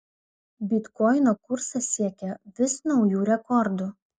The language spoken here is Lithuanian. bitkoino kursas siekia vis naujų rekordų